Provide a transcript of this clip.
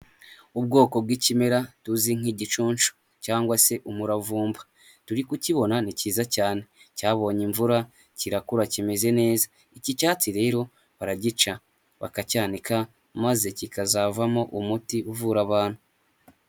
Ubwoko bw'ikimera tuzi nk'igicuncu cyangwa se umuravumba, turi kukibona ni cyiza cyane cyabonye imvura kirakura kimeze neza, iki cyatsi rero baragica bakacyanika maze kikazavamo umuti uvura abantu.